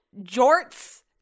jorts